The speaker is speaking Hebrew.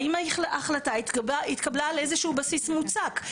האם ההחלטה התקבלה על איזה שהוא בסיס מוצק,